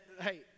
hey